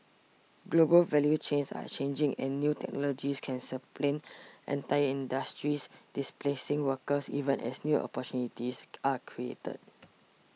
global value chains are changing and new technologies can supplant in entire industries displacing workers even as new opportunities are created